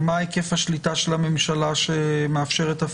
אז היא גם לא אג"ח,